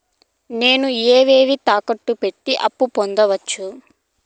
నేను ఏవేవి తాకట్టు పెట్టి అప్పు పొందవచ్చు?